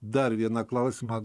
dar vieną klausimą